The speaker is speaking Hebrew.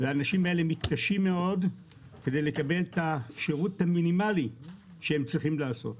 האנשים האלה מתקשים מאוד לקבל את השירות המינימאלי שהם צריכים לקבל .